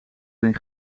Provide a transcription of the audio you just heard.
erin